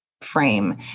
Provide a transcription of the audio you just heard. frame